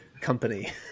company